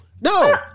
no